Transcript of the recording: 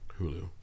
Hulu